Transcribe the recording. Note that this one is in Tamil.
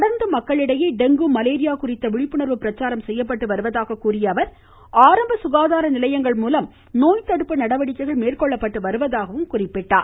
தொடர்ந்து மக்களிடையே டெங்கு மலேரியா குறித்து விழிப்புணர்வு பிரச்சாரம் செய்யப்பட்டு வருவதாக கூறியஅவர் ஆரம்ப சுகாதார நிலையங்கள் மூலம் நோய் தடுப்பு நடவடிக்கைள் மேற்கொள்ளப்பட்டு வருவதாகவும் எடுத்துரைத்தார்